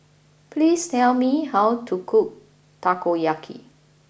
please tell me how to cook Takoyaki